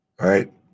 right